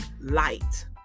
light